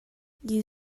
you